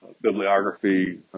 bibliography